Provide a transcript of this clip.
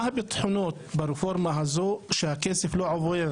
מה הביטחונות ברפורמה הזו שהכסף לא עובר